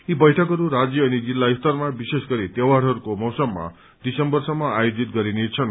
यी बैठकहरू राज्य अनि जिल्ला स्तरमा विशेषगरी त्यौहारहरूको मौसममा दिसम्बरसम्म आयोजित गरिनेछन्